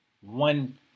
one